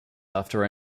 after